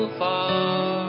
far